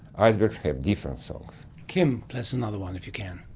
icebergs have different songs. kim, play us another one if you can.